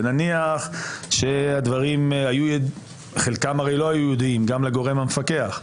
ונניח שחלק מהדברים לא היו ידועים גם לגורם המפקח,